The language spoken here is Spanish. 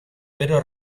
pero